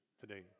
today